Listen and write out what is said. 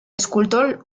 escultor